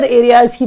areas